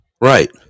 Right